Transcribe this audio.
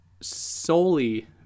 solely